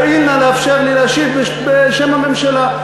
יואיל נא לאפשר לי להשיב בשם הממשלה.